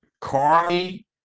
Carly